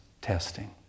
testing